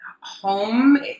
home